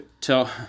tell